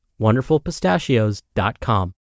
wonderfulpistachios.com